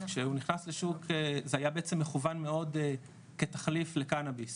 כשהוא נכנס לשוק זה היה בעצם מכוון מאוד כתחליף לקנאביס